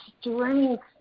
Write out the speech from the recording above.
strength